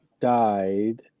died